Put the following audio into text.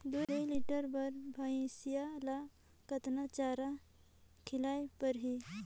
दुई लीटर बार भइंसिया ला कतना चारा खिलाय परही?